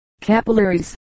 Capillaries